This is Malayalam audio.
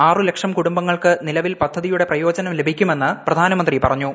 ആറ് ലക്ഷം കുടുംബങ്ങൾക്ക് നിലവിൽ പദ്ധതിയുടെ പ്രയോജനം ലഭിക്കുമെന്ന് പ്രധാനമന്ത്രി പറഞ്ഞു